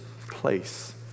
place